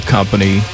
Company